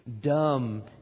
dumb